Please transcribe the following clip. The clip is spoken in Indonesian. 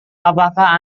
apakah